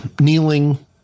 kneeling